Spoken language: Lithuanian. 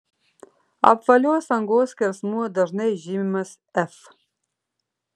apvalios angos skersmuo dažnai žymimas f